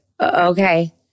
okay